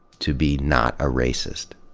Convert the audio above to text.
to be not a racist.